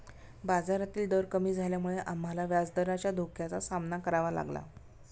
बाजारातील दर कमी झाल्यामुळे आम्हाला व्याजदराच्या धोक्याचा सामना करावा लागला